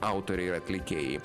autoriai ir atlikėjai